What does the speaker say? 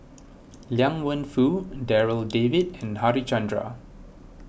Liang Wenfu Darryl David and Harichandra